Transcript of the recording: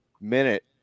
minute